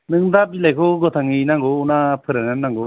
नों दा बिलायखौ गोथाङै नांगौ ना फोरान्नानै नांगौ